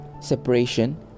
separation